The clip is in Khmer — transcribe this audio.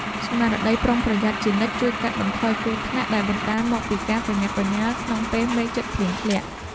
ស្មារតីប្រុងប្រយ័ត្នជានិច្ចជួយកាត់បន្ថយគ្រោះថ្នាក់ដែលបណ្ដាលមកពីការប្រញាប់ប្រញាល់ក្នុងពេលមេឃជិតភ្លៀងធ្លាក់។